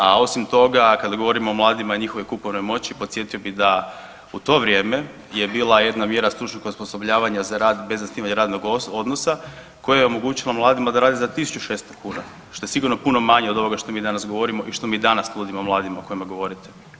A osim toga kada govorimo o mladima i njihovoj kupovnoj moći podsjetio bi da u to vrijeme je bila jedna mjera stručnog osposobljavanja za rad bez zasnivanja radnog odnosa koja je omogućila mladima da rade za 1.600 kuna što je sigurno puno manje od ovoga što mi danas govorimo i što mi danas nudimo mladima o kojima govorite.